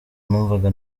numvaga